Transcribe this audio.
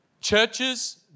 Churches